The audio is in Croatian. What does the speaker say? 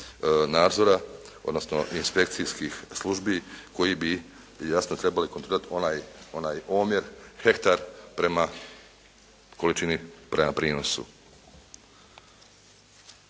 nadzora odnosno inspekcijskih službi koje bi jasno trebali kontrolirati onaj omjer, hektar prema količini, prema prinosu.